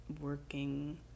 working